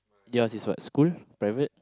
yours is what school private